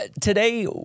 today